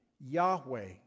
Yahweh